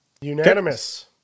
Unanimous